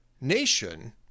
nation